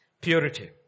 Purity